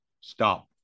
stop